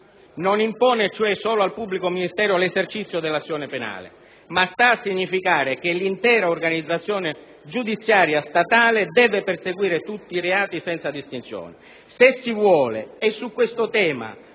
non impone, cioè, solo al pubblico ministero l'esercizio dell'azione penale, ma sta a significare che l'intera organizzazione giudiziaria statale deve perseguire tutti i reati, senza distinzione.